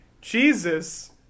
Jesus